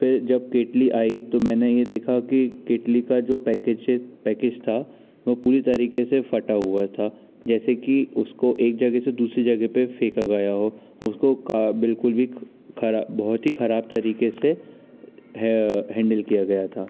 फिर जब केतली आई तो मैंने यह देखा कि केतली का जो पैकेच पैकेज था वह पूरी तरीके से फटा हुआ था जैसे कि उसको एक जगह से दूसरी जगह पर फेंका गया हो उसको बिल्कुल भी बहुत ही ख़राब तरीके से हैंडिल किया गया था